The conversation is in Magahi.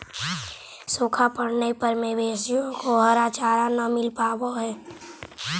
सूखा पड़ने पर मवेशियों को हरा चारा न मिल पावा हई